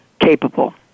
capable